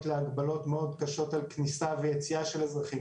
להגבלות מאוד קשות על כניסה ויציאה של אזרחים,